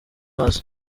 hasi